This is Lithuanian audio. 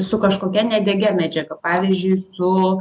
su kažkokia nedegia medžiaga pavyzdžiui su